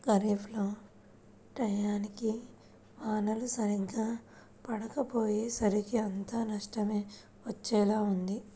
ఖరీఫ్ లో టైయ్యానికి వానలు సరిగ్గా పడకపొయ్యేసరికి అంతా నష్టమే వచ్చేలా ఉంది